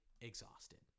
exhausted